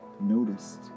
noticed